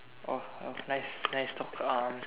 oh uh nice nice talk um